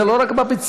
זה לא רק בביצים,